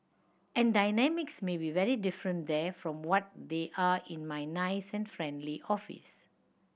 and dynamics may be very different there from what they are in my nice and friendly office